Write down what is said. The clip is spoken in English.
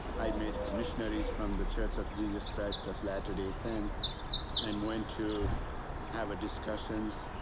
i met missionaries from the church of jesus christ of latter-day saints and went to have discussions,